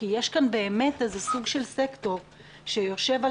כי יש כאן באמת סוג של סקטור שיושב על